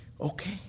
Okay